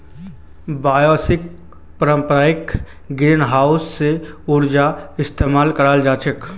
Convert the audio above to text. bioshelter पारंपरिक greenhouse स ऊर्जार इस्तमालत अलग ह छेक